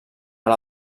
per